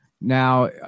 Now